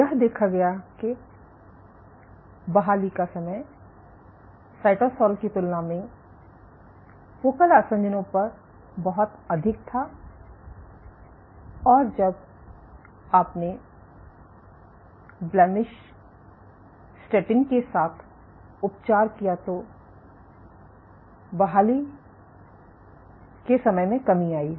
यह देखा गया कि बहाली का समय साइटोसोल की तुलना में फोकल आसंजनों पर बहुत अधिक था और जब आपने ब्लेमिश स्टेटिन के साथ उपचार किया तो बहाली का समय में कमी आई